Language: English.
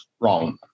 Wrong